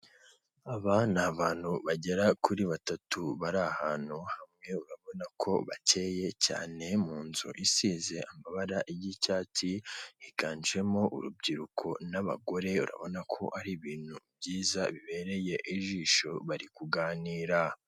Aba ni abantu bagera kuri batatu bari ahantu hamwe urabona ko bakeye cyane mu nzu isize amabara y'icyatsi, higanjemo urubyiruko n'abagore urabona ko ari ibintu byiza bibereye ijisho bari kuganira.